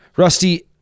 Rusty